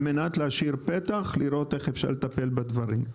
על מנת להשאיר פתח לראות איך אפשר לטפל בדברים.